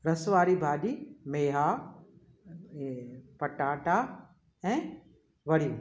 रस वारी भाॼी मेहा ऐं पटाटा ऐं वड़ियूं